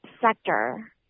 sector